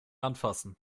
anfassen